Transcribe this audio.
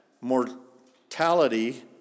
mortality